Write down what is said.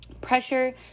pressure